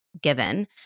given